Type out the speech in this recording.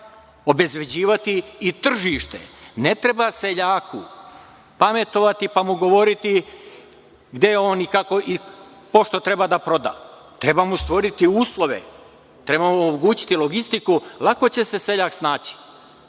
obezbeđivati i tržište. Ne treba seljaku pametovati, pa mu govoriti gde on i pošto treba da proda. Treba mu stvoriti uslove, treba mu omogućiti logistiku. Lako će se seljak snaći.